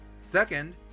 Second